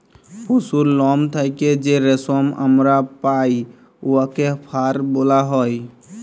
পশুর লম থ্যাইকে যে রেশম আমরা পাই উয়াকে ফার ব্যলা হ্যয়